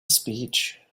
speech